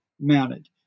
mounted